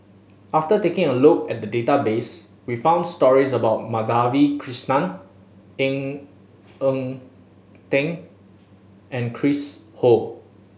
after taking a look at database we found stories about Madhavi Krishnan Ng Eng Teng and Chris Ho